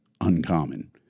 uncommon